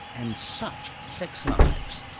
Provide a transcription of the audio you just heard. and such sex lives!